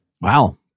Wow